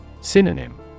Synonym